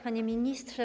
Panie Ministrze!